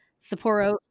Sapporo